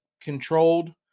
controlled